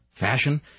fashion